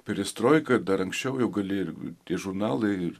perestroika dar anksčiau jau gali ir tie žurnalai ir